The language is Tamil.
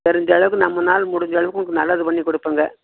தெரிஞ்சளவுக்கு நம்மளால முடிஞ்சளவுக்கு உங்களுக்கு நல்லது பண்ணி கொடுப்பங்க